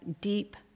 deep